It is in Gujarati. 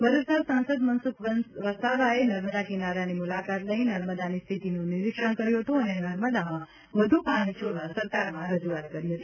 ભરૂચના સાંસદ મનસુખ વસાવાએ નર્મદા કિનારાની મુલાકાત લઇ નર્મદાની સ્થિતિનું નિરીક્ષણ કર્યું હતું અને નર્મદામાં વધુ પાણી છોડવા સરકારમાં રજૂઆત કરી હતી